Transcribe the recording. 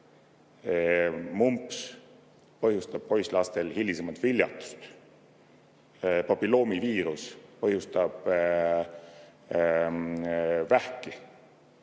Mumps põhjustab poisslastel hilisemat viljatust, papilloomiviirus põhjustab vähki.